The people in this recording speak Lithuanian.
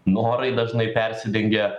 norai dažnai persidengia